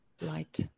light